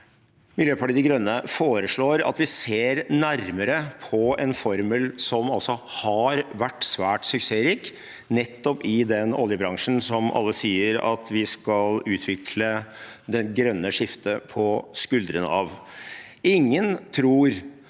Miljøpartiet De Grønne foreslår at vi ser nærmere på en formel som altså har vært svært suksessrik, nettopp i den oljebransjen som alle sier at vi skal utvikle det grønne skiftet på skuldrene av. Ingen tror